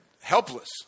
helpless